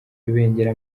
rubengera